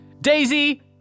Daisy